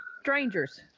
strangers